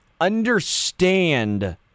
understand